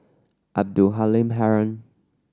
Abdul Halim Haron